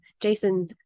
Jason